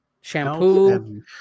Shampoo